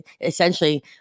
essentially